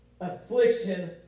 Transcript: affliction